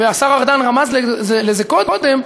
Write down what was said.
והשר ארדן רמז לזה קודם,